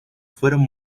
fueron